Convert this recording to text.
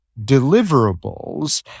deliverables